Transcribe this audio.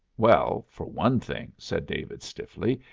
well, for one thing, said david stiffly,